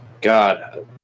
God